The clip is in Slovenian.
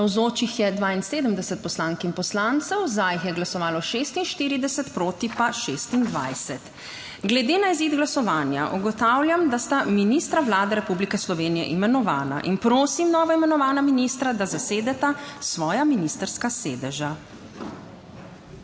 Navzočih je 72 poslank in poslancev, za jih je glasovalo 46, proti pa 26. (Za je glasovalo 46.) (Proti 26.) Glede na izid glasovanja ugotavljam, da sta ministra Vlade Republike Slovenije imenovana. Prosim novoimenovana ministra, da zasedeta svoja ministrska sedeža.